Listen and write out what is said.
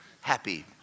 happy